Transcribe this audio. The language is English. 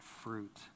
fruit